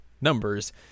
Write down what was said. Numbers